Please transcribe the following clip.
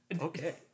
Okay